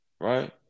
right